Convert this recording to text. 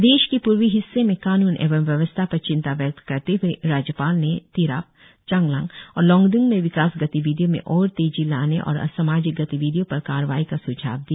प्रदेश के पूर्वी हिस्से में कानून एवं व्यवस्था पर चिंता व्यक्त करते हुए राज्यपाल ने तिराप चांगलांग और लोंगडिंग में विकास गतिविधियों में और तेजी लाने और असमाजिक गतिविधियों पर कार्रवाई का स्झाव दिया